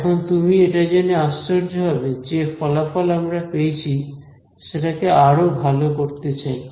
এখন তুমি এটা জেনে আশ্চর্য হবে যে ফলাফল আমরা পেয়েছি সেটা কে আরও ভালো করতে চাই